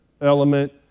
element